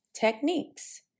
techniques